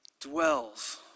dwells